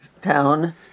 town